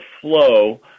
flow